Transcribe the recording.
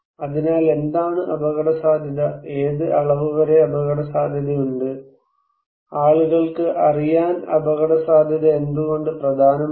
അതിനാൽ എന്താണ് അപകടസാധ്യത ഏത് അളവ് വരെ അപകടസാധ്യതയുണ്ട് ആളുകൾക്ക് അറിയാൻ അപകടസാധ്യത എന്തുകൊണ്ട് പ്രധാനമാണ്